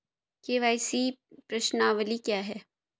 KYC प्रश्नावली क्या है?